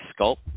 sculpt